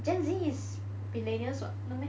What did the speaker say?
gen Z is millennials [what] no meh